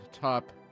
top